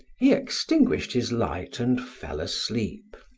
he extinguished his light and fell asleep.